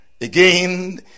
Again